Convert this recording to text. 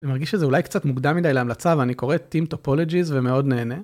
זה מרגיש שזה אולי קצת מוקדם מדי להמלצה ואני קורא Team Topologies ומאוד נהנה.